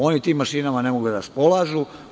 Oni tim mašinama ne mogu da raspolažu.